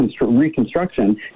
reconstruction